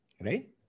right